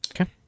okay